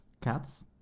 Cats